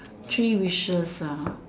three wishes ah